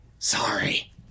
Sorry